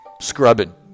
scrubbing